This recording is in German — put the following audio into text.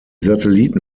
satelliten